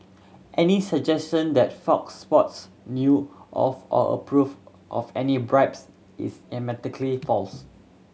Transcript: any suggestion that Fox Sports knew of or approved of any bribes is emphatically false